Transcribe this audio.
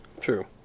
True